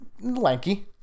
lanky